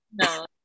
No